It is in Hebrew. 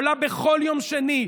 עולה בכל יום שני,